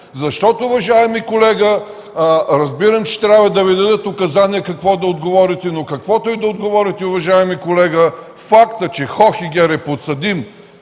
Защото, уважаеми колега, разбирам, че трябва да Ви дадат указания какво да отговорите, но каквото и да отговорите, уважаеми колега, факт е, че Хохегер е подсъдим